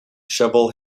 shovel